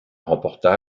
remporta